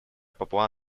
папуа